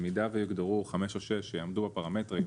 במידה ויוגדרו חמש או שש שיעמדו בפרמטרים,